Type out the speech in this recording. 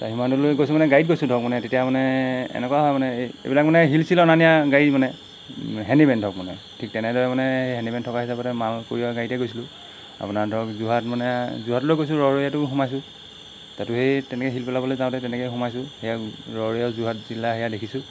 সিমান দূৰলৈকে গৈছোঁ মানে গাড়ীত গৈছোঁ ধৰক মানে তেতিয়া মানে এনেকুৱা হয় মানে এই এইবিলাক মানে শিল ছিলৰ অনা নিয়া গাড়ী মানে হেণ্ডিমেণ্ড ধৰক মানে ঠিক তেনেদৰে মানে সেই হেণ্ডীমেণ্ড থকা হিচাপতে মাল কঢ়িওৱা গাড়ীতে গৈছিলোঁ আপোনাৰ ধৰক যোৰহাট মানে যোৰহাটলৈ গৈছোঁ ৰৰৈয়াটো সোমাইছোঁ তাতো সেই তেনেকৈ শিল পেলাবলৈ যাওঁতে তেনেকৈ সোমাইছোঁ সেয়া ৰৰৈয়াও যোৰহাট জিলা সেয়া দেখিছোঁ